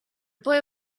boy